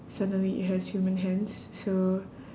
suddenly it has human hands so